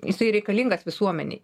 jisai reikalingas visuomenei